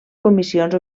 comissions